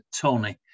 Tony